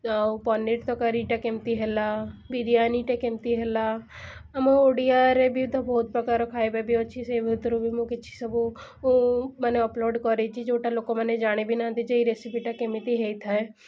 ଆଉ ପନିର୍ ତରକାରୀଟା କେମିତି ହେଲା ବିରିଆନୀଟା କେମିତି ହେଲା ଆମ ଓଡ଼ିଆରେ ବି ତ ବହୁତ ପ୍ରକାର ଖାଇବା ବି ଅଛି ସେଇଭିତରୁ ବି ମୁଁ କିଛି ସବୁ ମାନେ ଅପଲୋଡ଼୍ କରାଇଛି ଯେଉଁଟା ଲୋକମାନେ ଜାଣିବି ନାହାଁନ୍ତି ଯେ ଏଇ ରେସିପିଟା କେମିତି ହେଇଥାଏ